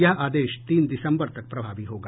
यह आदेश तीन दिसम्बर तक प्रभावी होगा